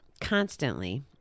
constantly